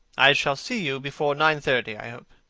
i shall see you before nine-thirty, i hope.